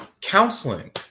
counseling